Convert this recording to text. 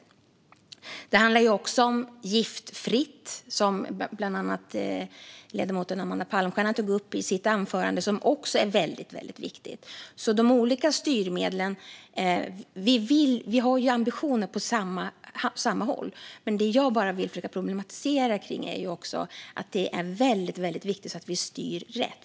Även frågan om giftfritt, som bland annat ledamoten Amanda Palmstierna tog upp i sitt anförande, är väldigt viktig. När det gäller de olika styrmedlen går våra ambitioner åt samma håll, men det jag vill försöka problematisera kring är att det även är väldigt viktigt att vi styr rätt.